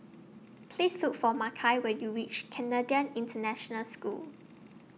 Please Look For Makai when YOU REACH Canadian International School